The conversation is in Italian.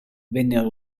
vennero